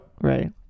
right